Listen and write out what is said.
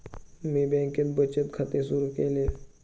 मी बँकेत बचत खाते सुरु केले